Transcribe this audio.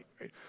right